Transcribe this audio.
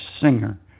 singer